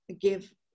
give